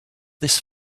this